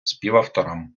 співавторам